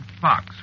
fox